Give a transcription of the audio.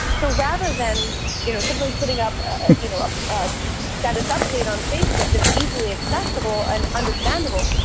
so rather than you know simply putting up ah you know up a status update on facebook that is easily accessible and understandable,